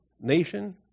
nation